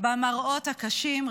במראות הקשים,